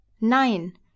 Nein